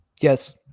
Yes